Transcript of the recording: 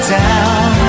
down